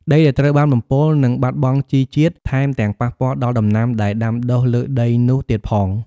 ដីដែលត្រូវបានបំពុលនឹងបាត់បង់ជីជាតិ ថែមទាំងប៉ះពាល់ដល់ដំណាំដែលដាំដុះលើដីនោះទៀតផង។